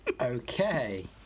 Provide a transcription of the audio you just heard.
Okay